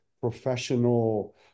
professional